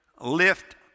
lift